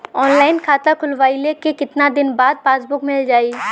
Online खाता खोलवईले के कितना दिन बाद पासबुक मील जाई?